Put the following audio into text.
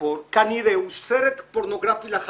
בעיקר על הנוסח הסופי שהוא לא מוגמר.